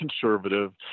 conservative